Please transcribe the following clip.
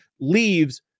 leaves